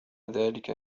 ذلك